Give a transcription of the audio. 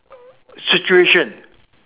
situation